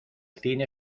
cine